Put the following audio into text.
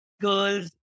girls